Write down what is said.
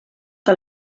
que